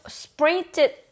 sprinted